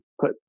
put